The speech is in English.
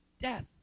death